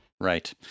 Right